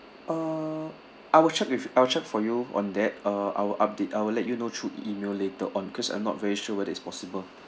uh I will check with I'll check for you on that uh I'll update I will let you know through email later on cause I'm not very sure whether it's possible